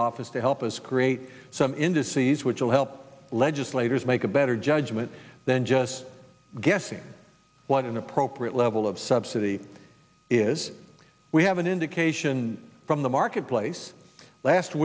office to help us create some indices which will help legislators make a better judgment than just guessing what an appropriate level of subsidy is we have an indication from the marketplace last